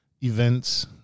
events